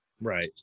Right